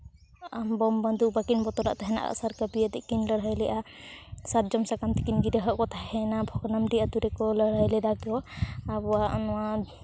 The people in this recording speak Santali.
ᱵᱚᱢ ᱵᱚᱱᱫᱷᱩᱠ ᱵᱟᱹᱠᱤᱱ ᱵᱚᱛᱚᱨᱟᱜ ᱛᱟᱦᱮᱱᱟ ᱟᱜ ᱥᱟᱨ ᱠᱟᱹᱯᱤᱭᱟᱛᱮᱜ ᱠᱤᱱ ᱞᱟᱹᱲᱦᱟᱹᱭ ᱞᱮᱜᱼᱟ ᱥᱟᱨᱡᱚᱢ ᱥᱟᱠᱟᱢ ᱛᱮᱠᱤᱱ ᱜᱤᱨᱟᱹ ᱟᱜ ᱠᱚ ᱛᱟᱦᱮᱱᱟ ᱵᱷᱚᱜᱽᱱᱟᱰᱤ ᱟᱹᱛᱩ ᱨᱮᱠᱚ ᱞᱟᱹᱲᱦᱟᱹᱭ ᱞᱮᱫᱟᱠᱚ ᱟᱵᱚᱣᱟᱜ ᱱᱚᱣᱟ